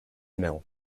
mill